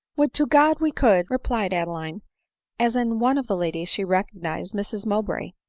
would to god we could! replied adeline as in one of the ladies she recognised mrs mowbray,